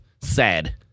Sad